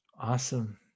Awesome